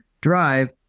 drive